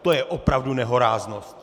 To je opravdu nehoráznost!